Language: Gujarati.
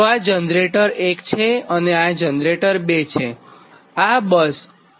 તો આ જનરેટર 1 અને આ જનરેટર 2 છે અને બસ 1 2 3 4 છે